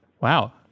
Wow